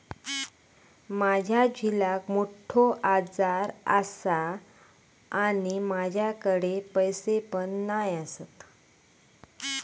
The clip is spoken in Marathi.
माझ्या झिलाक मोठो आजार आसा आणि माझ्याकडे पैसे पण नाय आसत